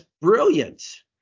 brilliant